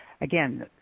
Again